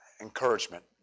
encouragement